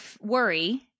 worry –